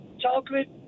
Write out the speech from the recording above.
chocolate